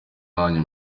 nanjye